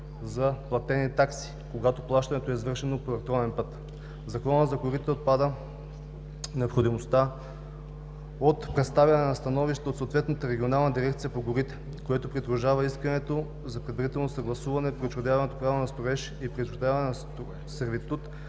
за платени такси, когато плащането е извършено по електронен път. В Закона за горите отпада необходимостта от представяне на становище от съответната регионална дирекция по горите, което придружава искането за предварително съгласуване при учредяване право на строеж и при учредяване на сервитут